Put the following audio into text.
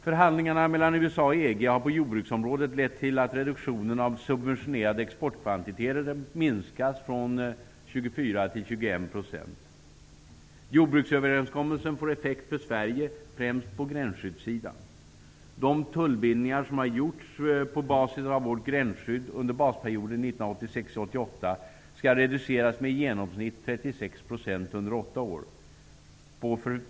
Förhandlingarna mellan USA och EG har på jordbruksområdet lett till att reduktionen av subventionerade exportkvantiteter har minskats från 24 % till 21 %. Jordbruksöverenskommelsen får effekt för Sverige främst på gränsskyddssidan. De tullbindningar som har gjorts, på basis av vårt gränsskydd under basperioden 1986--1988, skall reduceras med i genomsnitt 36 % under sex år.